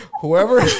whoever